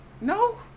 No